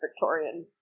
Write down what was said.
Victorian